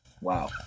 Wow